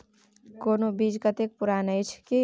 कोनो बीज कतेक पुरान अछि?